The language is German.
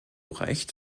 recht